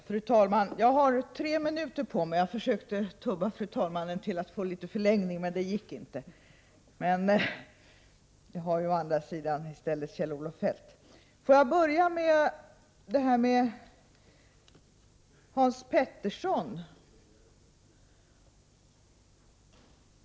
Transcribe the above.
Fru talman! Jag har tre minuter på mig. Jag försökte tubba fru talmannen till en förlängning av min repliktid, men det gick inte. Det har å andra sidan Kjell-Olof Feldt i stället.